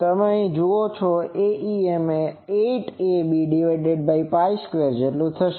તમે અહીં જુઓ તો Aem એ 8 abΠ² થશે